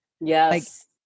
Yes